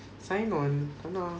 sign on tak nak ah